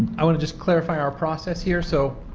i want to just clarify our process here, so,